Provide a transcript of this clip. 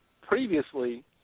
Previously